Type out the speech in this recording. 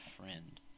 friend